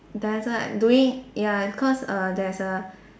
there's like doing ya because err there's a